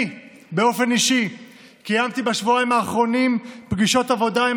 אני באופן אישי קיימתי בשבועיים האחרונים פגישות עבודה עם